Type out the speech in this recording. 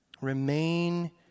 Remain